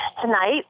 Tonight